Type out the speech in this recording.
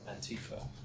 Antifa